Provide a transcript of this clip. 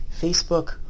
Facebook